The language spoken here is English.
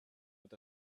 with